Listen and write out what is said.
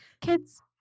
Kids